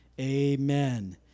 Amen